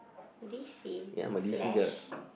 DC oh flash